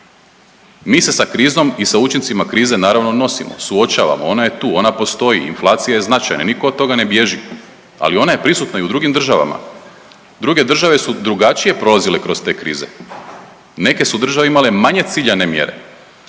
Mi se sa krizom i sa učincima krize naravno nosimo, suočavamo, ona je tu, ona postoji, inflacija je značajna, nitko od toga ne bježi, ali ona je prisutna i u drugim državama. Druge države su drugačije prolazile kroz te krize. Neke su države imale manje ciljane mjere.